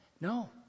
No